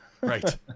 Right